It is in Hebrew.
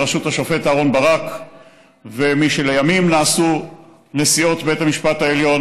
בראשות השופט אהרן ברק ומי שלימים נעשו נשיאות בית המשפט העליון,